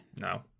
No